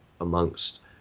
amongst